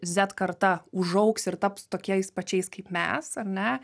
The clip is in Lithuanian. zet karta užaugs ir taps tokiais pačiais kaip mes ar ne